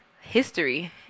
history